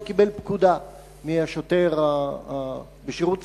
הוא קיבל פקודה מהשוטר בשירות סדיר,